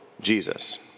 Jesus